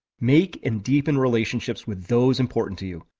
make and deepen relationships with those important to you.